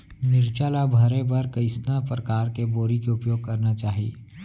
मिरचा ला भरे बर कइसना परकार के बोरी के उपयोग करना चाही?